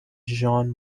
jean